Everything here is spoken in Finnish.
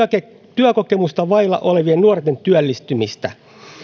työkokemusta vailla olevien nuorten työllistymistä